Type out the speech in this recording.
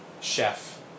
Chef